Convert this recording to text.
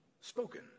spoken